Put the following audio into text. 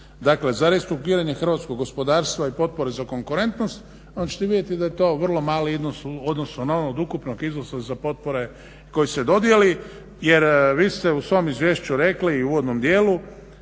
dakle za restrukturiranje hrvatskog gospodarstva i potpore za konkurentnost i onda ćete vidjeti da je to vrlo mali iznos u odnosu na ono od ukupnog iznosa za potpore koji se dodijeli jer vi ste u svom izvješću rekli u uvodnom dijelu